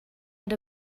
had